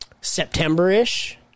September-ish